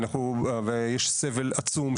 ויש סבל עצום,